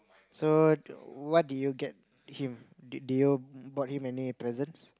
so what do you get him do you bought him any presents